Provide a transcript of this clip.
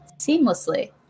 seamlessly